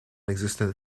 existent